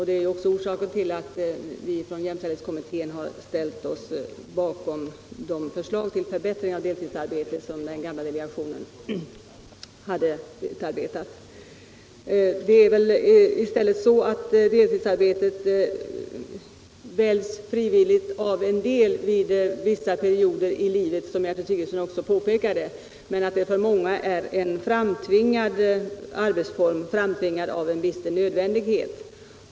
Det är också orsaken till att vi från jämställdhetskommittén ställt oss bakom det förslag om förbättringar av deltidsarbetet som den gamla delegationen utarbetat. Deltidsarbete väljs ju frivilligt av en del under vissa perioder i livet, som Gertrud Sigurdsen också påpekade, men för många är det en arbetsform som framtvingats av en bister nödvändighet.